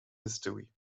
history